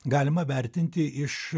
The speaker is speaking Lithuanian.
galima vertinti iš